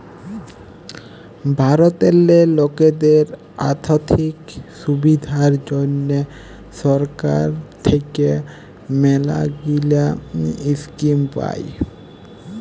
ভারতেল্লে লকদের আথ্থিক সুবিধার জ্যনহে সরকার থ্যাইকে ম্যালাগিলা ইস্কিম পায়